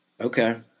Okay